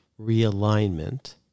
realignment